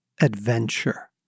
Adventure